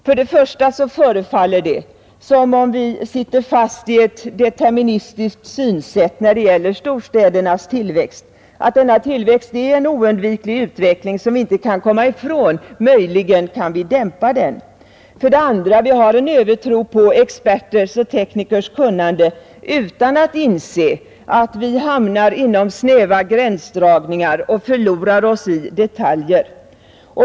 För det första förefaller det som om vi sitter fast i ett deterministiskt synsätt när det gäller storstädernas tillväxt: att denna tillväxt är en utveckling som vi inte kan komma ifrån, möjligen kan vi dämpa den. För det andra har vi en övertro på experters och teknikers kunnande utan att inse att vi hamnar inom snäva gränsdragningar och förlorar oss i detaljer.